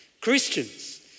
Christians